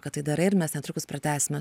kad tai darai ir mes netrukus pratęsime